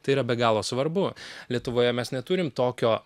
tai yra be galo svarbu lietuvoje mes neturim tokio